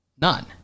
none